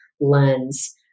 lens